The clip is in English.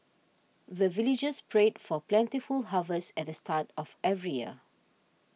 the villagers pray for plentiful harvest at the start of every year